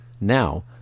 Now